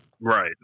Right